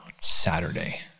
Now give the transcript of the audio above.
Saturday